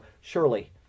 surely